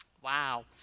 Wow